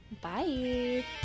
Bye